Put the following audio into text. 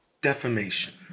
defamation